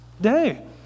day